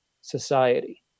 society